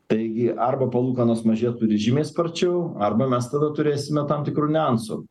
taigi arba palūkanos mažėt turi žymiai sparčiau arba mes tada turėsime tam tikrų niuansų